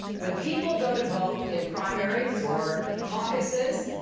when people go to vote in primaries or caucuses,